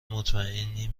مطمئنیم